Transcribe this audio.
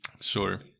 Sure